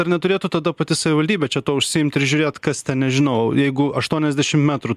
ar neturėtų tada pati savivaldybė čia tuo užsiimt ir žiūrėt kas ten nežinau jeigu aštuoniasdešim metrų